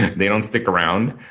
they don't stick around.